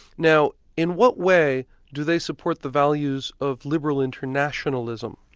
now in what way do they support the values of liberal internationalism,